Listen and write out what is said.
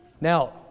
Now